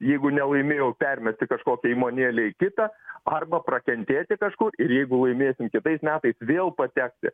jeigu nelaimėjo permesti kažkokią įmonėlę į kitą arba prakentėti kažkur ir jeigu laimėsim kitais metais vėl pateksi